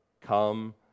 come